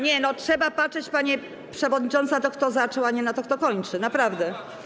Nie, trzeba patrzeć, panie przewodniczący, na to, kto zaczął, a nie na to, kto kończy, naprawdę.